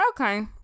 Okay